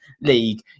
league